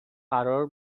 قرار